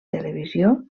televisió